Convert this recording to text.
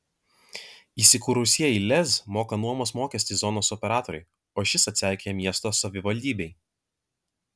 įsikūrusieji lez moka nuomos mokestį zonos operatoriui o šis atseikėja miesto savivaldybei